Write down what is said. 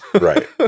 right